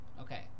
Okay